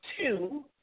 two